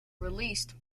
released